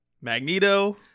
Magneto